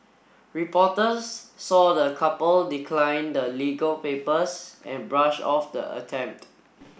reporters saw the couple decline the legal papers and brush off the attempt